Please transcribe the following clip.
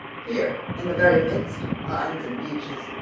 here in the very midst of pines and beeches,